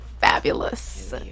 fabulous